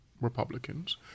Republicans